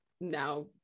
now